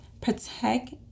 protect